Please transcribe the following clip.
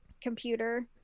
computer